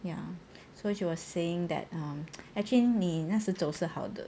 ya so she was saying that um actually 你那时走是好的